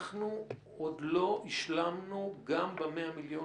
אנחנו עוד לא השלמנו גם ב-100 מיליון